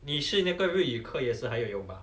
你去那个日语课也是还有用吧